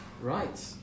Right